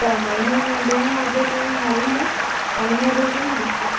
त महीने में ॾियणो हुजे त हलंदो महीने जो